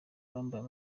bambaye